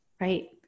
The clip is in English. right